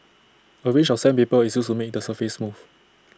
A range of sandpaper is used to make the surface smooth